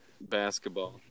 basketball